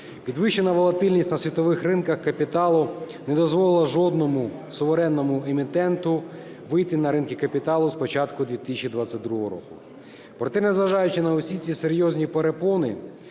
Підвищена волатильність на світових ринках капіталу не дозволила жодному суверенному емітенту вийти на ринки капіталу з початку 2022 року. Проте, незважаючи на всі ці серйозні перепони,